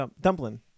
dumpling